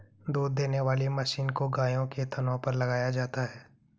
दूध देने वाली मशीन को गायों के थनों पर लगाया जाता है